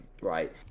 right